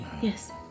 yes